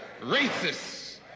racists